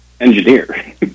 engineer